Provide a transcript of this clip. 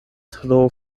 tro